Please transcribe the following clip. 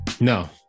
No